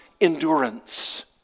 endurance